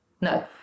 No